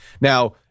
Now